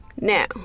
Now